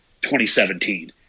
2017